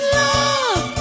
love